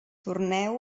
torneu